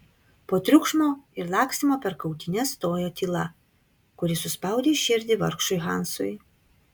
po triukšmo ir lakstymo per kautynes stojo tyla kuri suspaudė širdį vargšui hansui